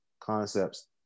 concepts